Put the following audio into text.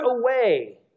away